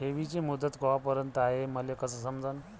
ठेवीची मुदत कवापर्यंत हाय हे मले कस समजन?